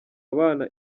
abana